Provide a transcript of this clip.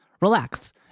relax